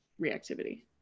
reactivity